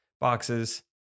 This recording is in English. boxes